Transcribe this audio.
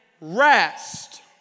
rest